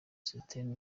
system